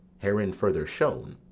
herein further shown,